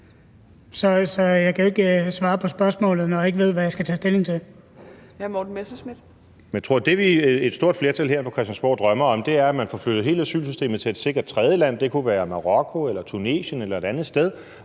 Morten Messerschmidt. Kl. 15:23 Morten Messerschmidt (DF): Jeg tror, at det, et stort flertal her på Christiansborg drømmer om, er, at man får flyttet hele asylsystemet til et sikkert tredjeland. Det kunne være Marokko eller Tunesien eller et andet sted,